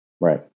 right